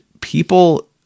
people